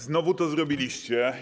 Znowu to zrobiliście.